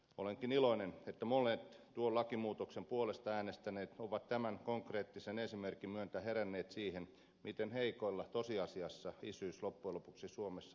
olenkin iloinen että monet tuon lakimuutoksen puolesta äänestäneet ovat tämän konkreettisen esimerkin myötä heränneet siihen miten heikoilla tosiasiassa isyys loppujen lopuksi suomessa tällä hetkellä on